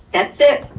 that's it.